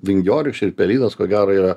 vingiorykščiai ir pelynas ko gero yra